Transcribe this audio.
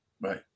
Right